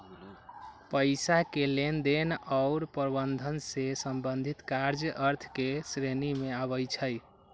पइसा के लेनदेन आऽ प्रबंधन से संबंधित काज अर्थ के श्रेणी में आबइ छै